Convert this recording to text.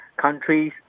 countries